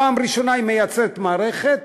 פעם ראשונה היא מייצרת מערכת,